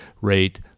rate